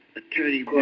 attorney